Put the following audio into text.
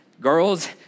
Girls